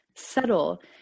subtle